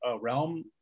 realm